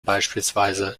beispielsweise